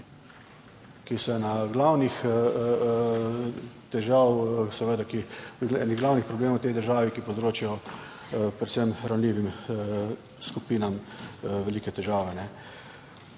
ki so ena glavnih težav, eden glavnih problemov v tej državi, ki povzročajo predvsem ranljivim skupinam velike težave.